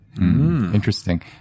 Interesting